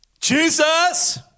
Jesus